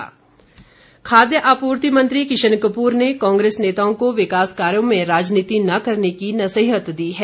किशन कपूर खाद्य आपूर्ति मंत्री किशन कपूर ने कांग्रेस नेताओं को विकास कार्यों में राजनीति न करने की नसीहत दी है